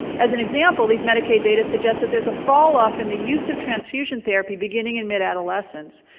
as an example, these medicaid data suggested there's a falloff in the use of transfusion therapy, beginning in mid-adolescence.